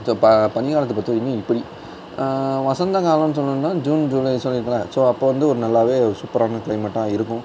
so பனிக்காலத்தை பொருத்த வரைக்கும் இப்படி வசந்த காலம் சொல்லணும்னா ஜூன் ஜூலை சொல்லிருக்கேனா ஸோ அப்போ வந்து ஒரு நல்லா ஒரு சூப்பரான கிளைமேட்டாக இருக்கும்